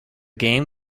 game